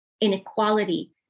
inequality